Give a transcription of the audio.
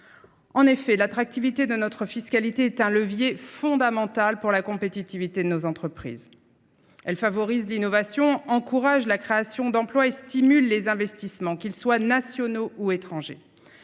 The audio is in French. En effet, l’attractivité de notre fiscalité est un levier fondamental pour la compétitivité de nos entreprises. Elle favorise l’innovation, encourage la création d’emplois et stimule les investissements, qu’ils soient nationaux ou étrangers.